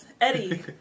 Eddie